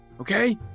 okay